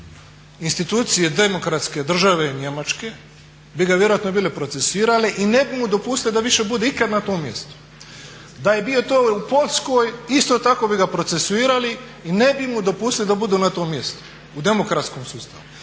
institucije demokratske države Njemačke bi ga vjerojatno bili procesuirali i ne bi mu dopustili da više bude ikad na tom mjestu. Da je bio to u Poljskoj isto tako bi ga procesuirali i ne bi mu dopustili da bude na tom mjestu u demokratskom sustavu.